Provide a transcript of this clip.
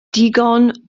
digon